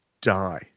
die